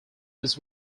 this